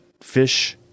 fish